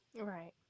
right